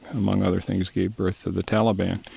among other things, gave birth to the taliban.